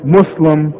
Muslim